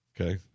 Okay